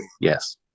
yes